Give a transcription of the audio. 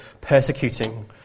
persecuting